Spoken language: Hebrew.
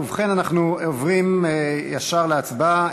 ובכן, אנחנו עוברים ישר להצבעה.